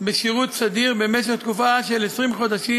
בשירות סדיר במשך תקופה של 20 חודשים